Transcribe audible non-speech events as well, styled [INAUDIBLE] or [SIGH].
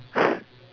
[BREATH]